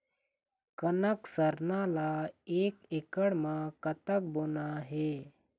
कनक सरना ला एक एकड़ म कतक बोना हे?